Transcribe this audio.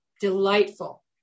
delightful